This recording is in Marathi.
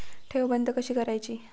ठेव बंद कशी करायची?